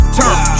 turn